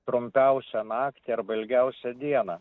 trumpiausią naktį arba ilgiausią dieną